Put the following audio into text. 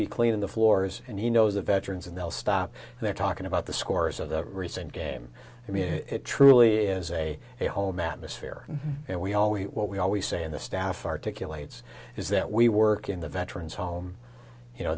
be cleaning the floors and you know the veterans and they'll stop their talking about the scores of the recent game i mean it truly is a whole madness here and we all we what we always say in the staff articulate is that we work in the veterans home you know